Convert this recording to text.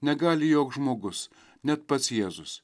negali joks žmogus net pats jėzus